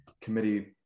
committee